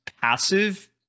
passive